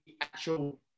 actual